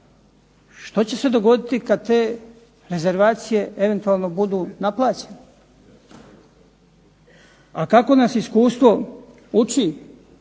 Što će se dogoditi kad te rezervacije eventualno budu naplaćena? A kako nas iskustvo uči